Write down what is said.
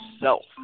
self